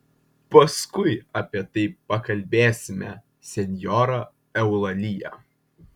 paskui apie tai pakalbėsime senjora eulalija